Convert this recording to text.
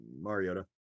Mariota